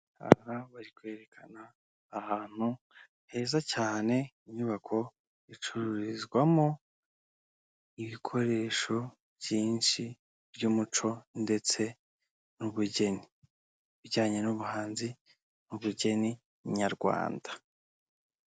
Aha bari kwerekana ahantu heza cyane inyubako icururizwamo ibikoresho byinshi by'umuco ndetse n'ubugeni bijyanye n'ubuhanzi n'ubugeni nyarwanda.